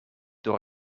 door